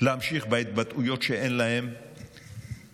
להמשיך בהתבטאויות שאין בהן